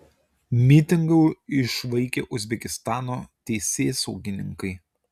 mitingą išvaikė uzbekistano teisėsaugininkai